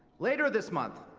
later this month,